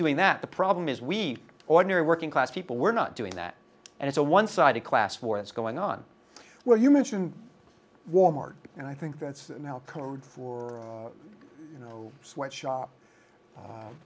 doing that the problem is we ordinary working class people we're not doing that and it's a one sided class war that's going on where you mention wal mart and i think that's code for you know sweat shop